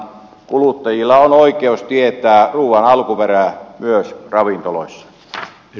kuluttajilla on oikeus tietää ruuan alkuperä myös ravintoloissa